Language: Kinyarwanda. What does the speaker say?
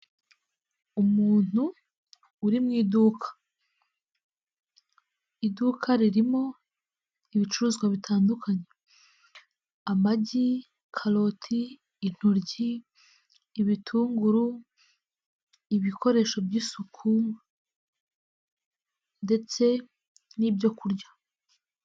Umuntu uri mu iduka, iduka ririmo ibicuruzwa bitandukanye, amagi, karoti, intoryi, ibitunguru, ibikoresho by'isuku ndetse n'ibyo kurya.